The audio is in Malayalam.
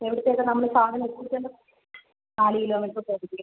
എവിടുത്തേയ്ക്കാണ് നമ്മൾ ഈ സാധനങ്ങൾ എത്തിച്ച് കൊടുക്കേണ്ടത് നാല് കിലോമീറ്റർ പരിധിയിൽ